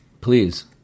Please